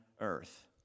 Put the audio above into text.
earth